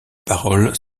paroles